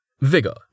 Vigor